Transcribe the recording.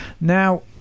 now